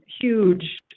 huge